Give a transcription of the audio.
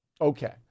Okay